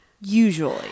Usually